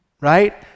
right